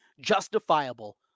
justifiable